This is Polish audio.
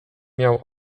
miał